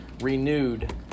renewed